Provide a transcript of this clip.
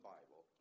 Bible